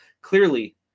Clearly